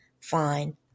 fine